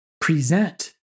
present